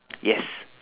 yes